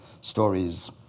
stories